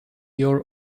your